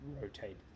rotate